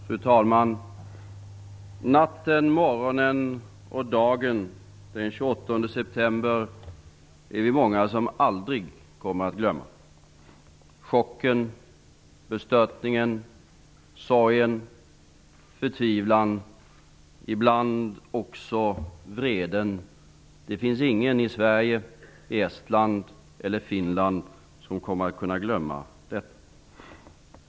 Fru talman! Natten, morgonen och dagen den 28 september är vi många som aldrig kommer att glömma - chocken, bestörtningen, sorgen, förtvivlan, ibland också vreden. Det finns ingen i Sverige, i Estland eller i Finland som kommer att kunna glömma detta.